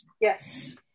Yes